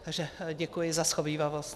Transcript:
Takže děkuji za shovívavost.